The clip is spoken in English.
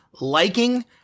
liking